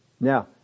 Now